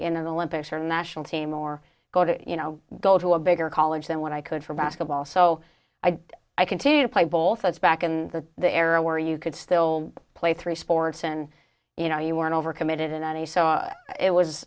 y in the lympics or national team or go to you know go to a bigger college than what i could for basketball so i i continue to play bowls as back and that the era where you could still play three sports and you know you weren't overcommitted in any so it was